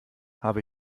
habe